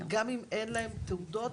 גם אם אין להם תעודות,